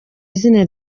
izina